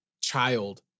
child